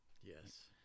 Yes